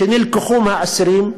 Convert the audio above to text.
שנלקחו מהאסירים,